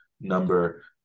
number